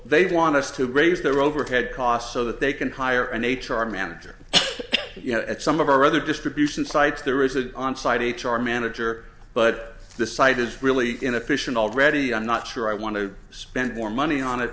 they want us to raise their overhead costs so that they can hire an h r manager at some of our other distribution sites there is an onsite h r manager but this site is really inefficient already i'm not sure i want to spend more money on it